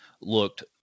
looked